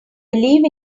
believe